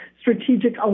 strategic